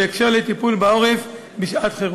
בהקשר של טיפול בעורף בשעת-חירום.